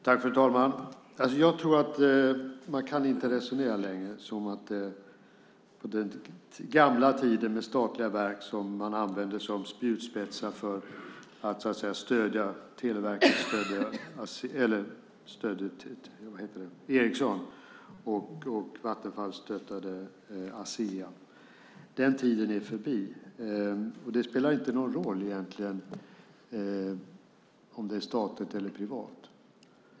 Fru talman! Jag tror inte att man längre kan resonera som på den gamla tiden då statliga verk användes som spjutspetsar och Televerket stöttade Ericsson och Vattenfall stöttade Asea. Den tiden är förbi. Och det spelar egentligen inte någon roll om företaget är statligt eller privat.